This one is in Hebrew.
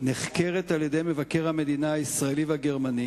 נחקרת על-ידי מבקר המדינה הישראלי ומבקר המדינה הגרמני